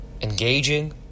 engaging